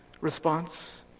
response